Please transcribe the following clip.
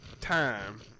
time